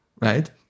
right